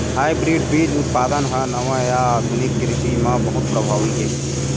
hybrid बीज उत्पादन हा नवा या आधुनिक कृषि मा बहुत प्रभावी हे